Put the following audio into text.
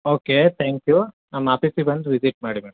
okay thank you ನಮ್ಮ ಆಫೀಸಿಗೆ ಬಂದು ವಿಸಿಟ್ ಮಾಡಿ ಮೇಡಮ್